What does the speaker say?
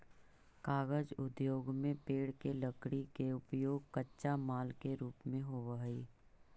कागज उद्योग में पेड़ के लकड़ी के उपयोग कच्चा माल के रूप में होवऽ हई